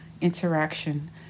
interaction